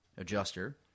adjuster